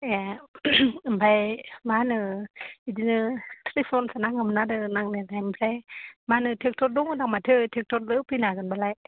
ए ओमफ्राय मा होनो बिदिनो थ्रिस मनसो नांगौमोन आरो नांनायालाय ओमफ्राय मा होनो ट्रेक्टर दंङ ना माथो ट्रेक्ट'रजों होफैनो हागोन बालाय